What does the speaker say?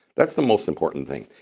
that's the most important thing.